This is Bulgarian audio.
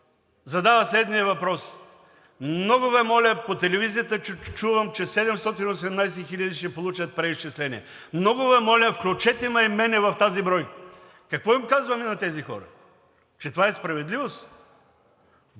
задава следния въпрос: много Ви моля, по телевизията чувам, че 718 хиляди ще получат преизчисление, много Ви моля, включете ме и мен в тази бройка. Какво им казваме на тези хора, че това е справедливост?!